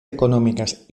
económicas